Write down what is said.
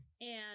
and-